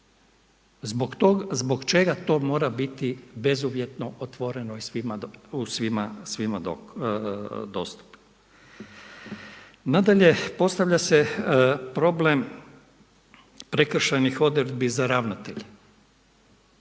Zbog čega to mora biti bezuvjetno otvoreno i svima dostupno? Nadalje, postavlja se problem prekršajnih odredbi za ravnatelje.